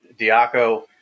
Diaco